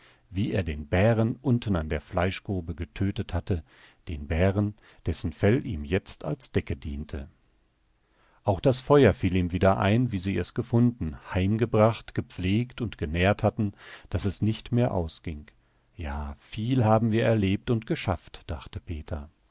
wie er den bären unten an der fleischgrube getötet hatte den bären dessen fell ihm jetzt als decke diente auch das feuer fiel ihm wieder ein wie sie es gefunden heimgebracht gepflegt und genährt hatten daß es nicht mehr ausging ja viel haben wir erlebt und geschafft dachte peter